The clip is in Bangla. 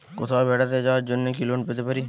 কোথাও বেড়াতে যাওয়ার জন্য কি লোন পেতে পারি?